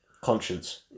Conscience